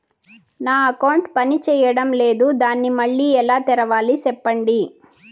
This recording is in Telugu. నా అకౌంట్ పనిచేయడం లేదు, దాన్ని మళ్ళీ ఎలా తెరవాలి? సెప్పండి